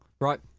Right